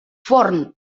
forn